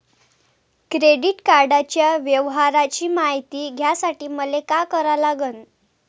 Credit कार्डाच्या व्यवहाराची मायती घ्यासाठी मले का करा लागन?